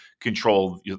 control